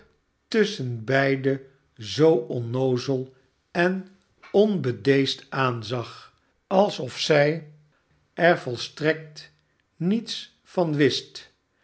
tusschenbeide zoo onnoozel en onbedeesd aanzag alsof zij er volstrekt niets van wist